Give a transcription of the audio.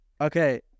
Okay